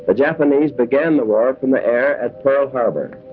ah japanese began the war from the air at pearl harbor.